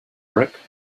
brick